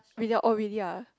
really oh really ah